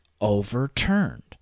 overturned